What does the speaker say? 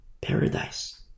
paradise